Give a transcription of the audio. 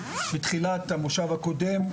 בתחילת המושב הקודם,